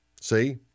See